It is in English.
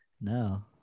No